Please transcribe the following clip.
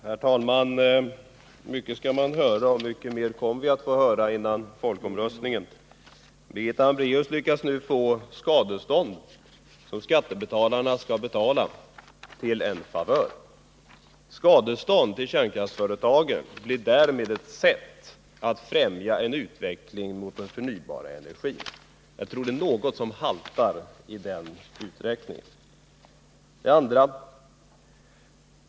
Herr talman! Mycket skall man höra och mycket mer kommer vi att få höra före folkomröstningen. Birgitta Hambraeus lyckas nu få det skadestånd som skattebetalarna skall betala till en favör. Skadeståndet till kärnkraftsföretagen blir därmed ett sätt att främja en utveckling mot förnybara energiformer. Jag tror att något haltar i denna uträkning.